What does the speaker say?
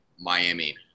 Miami